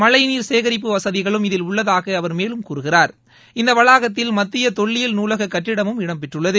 மழைநீர் சேகரிப்பு வசதிகளும் இதில் உள்ளதாக அவர் மேலும் கூறுகிறார் இந்த வளாகத்தில் மத்திய தொல்லியல் நூலக கட்டிடமும் இடம்பெற்றுள்ளது